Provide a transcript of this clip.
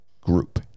group